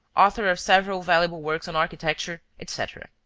author of several valuable works on architecture, etc.